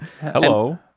Hello